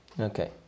Okay